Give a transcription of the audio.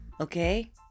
okay